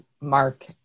Mark